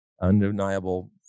undeniable